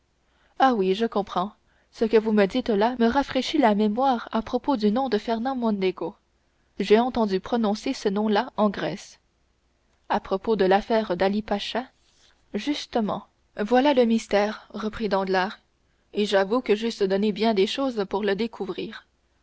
rien ah oui je comprends ce que vous me dites là me rafraîchit la mémoire à propos du nom de fernand mondego j'ai entendu prononcer ce nom-là en grèce à propos de l'affaire d'ali-pacha justement voilà le mystère reprit danglars et j'avoue que j'eusse donné bien des choses pour le découvrir